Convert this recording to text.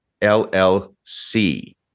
LLC